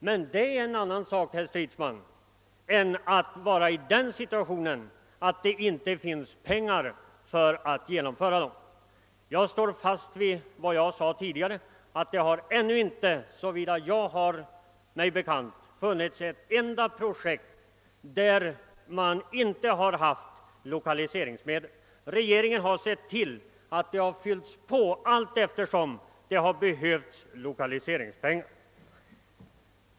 Men det är en annan sak, herr Stridsman, än att man inte har pengar för att genomföra projekten. Jag vidhåller vad jag sade tidigare, nämligen att det ännu inte såvitt jag har mig bekant funnits ett enda projekt för vilket man inte haft lokaliseringsmedel. Regeringen har sett till att det har fyllts på allteftersom det har behövts lokaliseringspengar.